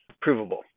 provable